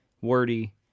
wordy